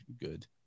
good